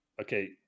Okay